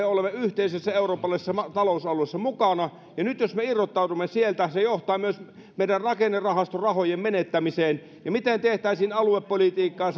olemme yhteisessä eurooppalaisessa talousalueessa mukana ja nyt jos me irrottaudumme sieltä se johtaa myös meidän rakennerahastorahojen menettämiseen ja miten tehtäisiin aluepolitiikkaa